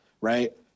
right